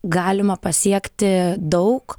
galima pasiekti daug